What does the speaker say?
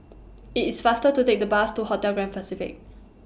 IT IS faster to Take The Bus to Hotel Grand Pacific